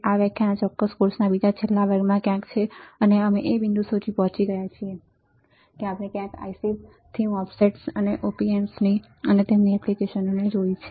આ વ્યાખ્યાન આ ચોક્કસ કોર્સના બીજા છેલ્લા વર્ગમાં ક્યાંક છે અને અમે એ બિંદુ સુધી પહોંચી ગયા છીએ કે આપણે ક્યાંક ICs થી MOSFETs અને op amps અને તેમની એપ્લિકેશનને જોયા છે